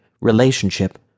relationship